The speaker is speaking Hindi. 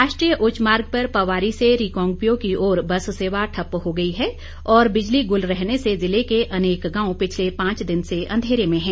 राष्ट्रीय उच्च मार्ग पर पवारी से रिकांगपिओ की ओर बस सेवा ठप्प हो गई है और बिजली गुल रहने से ज़िले के अनेक गांव पिछले पांच दिन से अंधेरे में है